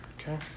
Okay